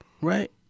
Right